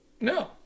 No